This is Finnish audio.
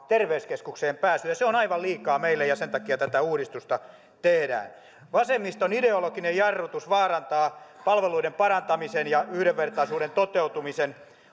terveyskeskukseen pääsyä se on aivan liikaa meille ja sen takia tätä uudistusta tehdään vasemmiston ideologinen jarrutus vaarantaa palveluiden parantamisen ja yhdenvertaisuuden toteutumisen